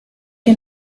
que